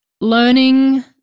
learning